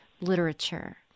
literature